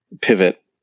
pivot